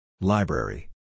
Library